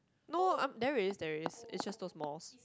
no um there is there is it's just those malls